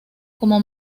como